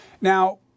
Now